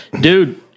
dude